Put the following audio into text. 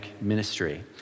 ministry